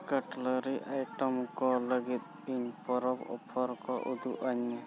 cutlery item ᱠᱚ ᱞᱟᱹᱜᱤᱫ ᱤᱧ ᱯᱚᱨᱚᱵᱽ ᱚᱯᱷᱟᱨ ᱠᱚ ᱩᱫᱩᱜ ᱟᱹᱧ ᱢᱮ